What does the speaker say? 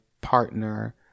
partner